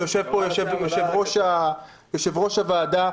שיושב פה יושב-ראש הוועדה,